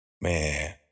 man